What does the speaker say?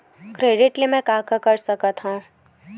Credit ले मैं का का कर सकत हंव?